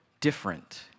different